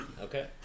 Okay